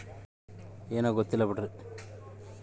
stock ಫಂಡ್ಗಳನ್ನು bond ಫಂಡ್ಗಳು ಮತ್ತು ಮನಿ ಫಂಡ್ಗಳ ಬಳಕೆ ಮಾಡಬೊದು